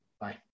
Bye